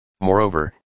Moreover